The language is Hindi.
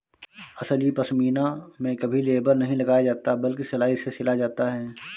असली पश्मीना में कभी लेबल नहीं लगाया जाता बल्कि सिलाई से सिला जाता है